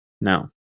No